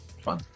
Fun